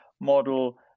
model